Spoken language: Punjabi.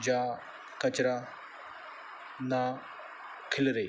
ਜਾਂ ਕਚਰਾ ਨਾ ਖਿਲਰੇ